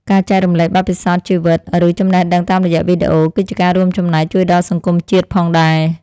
ការចែករំលែកបទពិសោធន៍ជីវិតឬចំណេះដឹងតាមរយៈវីដេអូ គឺជាការរួមចំណែកជួយដល់សង្គមជាតិផងដែរ។